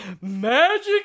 Magic